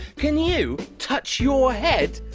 can you touch your head?